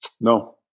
No